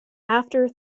after